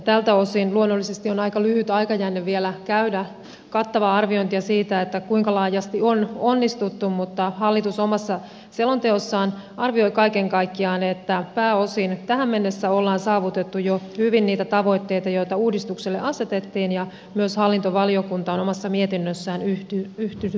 tältä osin luonnollisesti on aika lyhyt aikajänne vielä käydä kattavaa arviointia siitä kuinka laajasti on onnistuttu mutta hallitus omassa selonteossaan arvioi kaiken kaikkiaan että pääosin tähän mennessä ollaan saavutettu jo hyvin niitä tavoitteita joita uudistukselle asetettiin ja myös hallintovaliokunta on omassa mietinnössään yhtynyt tähän arvioon